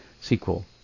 sequel